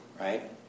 Right